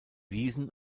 wiesen